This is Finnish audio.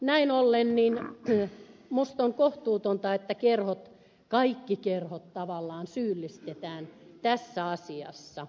näin ollen minusta on kohtuutonta että kaikki kerhot tavallaan syyllistetään tässä asiassa